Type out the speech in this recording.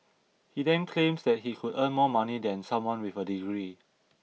he then claims that he could earn more money than someone with a degree